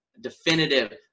definitive